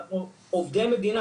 אנחנו עובדי מדינה.